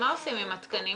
מה עושים עם התקנים?